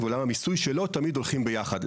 ועולם המיסוי, שלא תמיד הולכים ביחד.